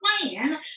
Plan